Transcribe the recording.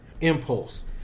impulse